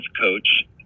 coach